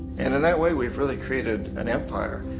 and in that way we've really created an empire,